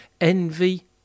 envy